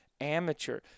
amateur